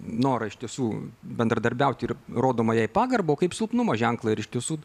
norą iš tiesų bendradarbiauti ir rodomą jai pagarbą o kaip silpnumo ženklą ir iš tiesų